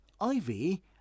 ivy